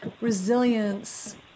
resilience